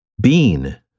Bean